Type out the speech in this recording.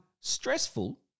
stressful